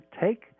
take